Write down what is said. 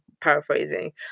paraphrasing